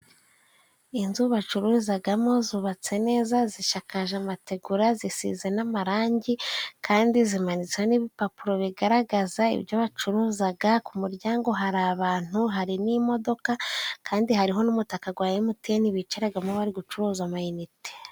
Inzu bacuruzagamo zubatse neza zishakakaje amategura zisize n'amarangi kandi zimanitseho n'ibipapuro bigaragaza ibyo bacuruzaga ku muryango hari abantu hari n'imodoka kandi hariho n'umutaka gwa emutiyeni bicaragamo bari gucuruza amayinite.